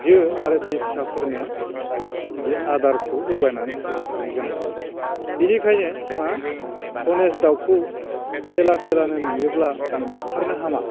जो आरो बे फिसाफोरनो बे आदारखौ जगायनानै होफैबाय थानो गोनां जायो बिनिखायनो मा धनेस दाउखौ जेला थेलानो नुयोब्ला माने बुथारनो हामा